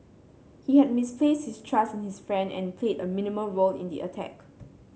he had misplaced his trust in his friend and played a minimal role in the attack